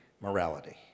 morality